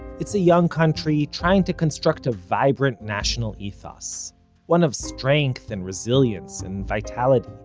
it's a young country trying to construct a vibrant national ethos one of strength and resilience and vitality.